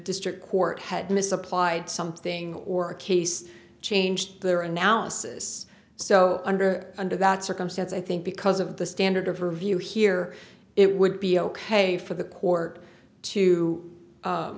district court had misapplied something or case changed their analysis so under under that circumstance i think because of the standard of review here it would be ok for the court to